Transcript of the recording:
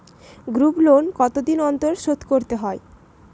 Group loan কতদিন অন্তর শোধকরতে হয়?